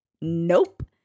Nope